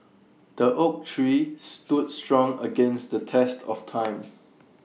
the oak tree stood strong against the test of time